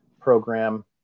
program